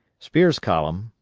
spear's column,